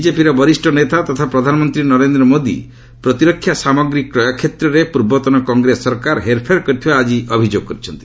ବିଜେପିର ବରିଷ୍ଣ ନେତା ତଥା ପ୍ରଧାନମନ୍ତ୍ରୀ ନରେନ୍ଦ୍ର ମୋଦି ପ୍ରତିରକ୍ଷା ସାମଗ୍ରୀ କ୍ରୟ କ୍ଷେତ୍ରରେ ପୂର୍ବତନ କଂଗ୍ରେସ ସରକାର ହେରଫେର କରିଥିବା ଆଜି ଅଭିଯୋଗ କରିଛନ୍ତି